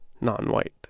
non-white